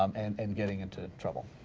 um and and getting into trouble.